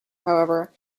however